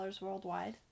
worldwide